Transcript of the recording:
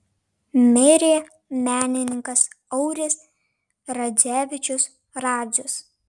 mirė menininkas auris radzevičius radzius